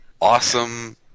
Awesome